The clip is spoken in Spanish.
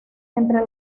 entre